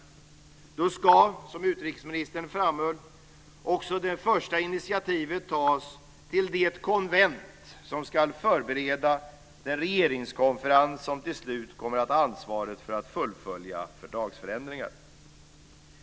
Då ska, som utrikesministern framhöll, också det första initiativet tas till det konvent som ska förbereda den regeringskonferens som till slut kommer att ha ansvaret för att fullfölja fördragsförändringen.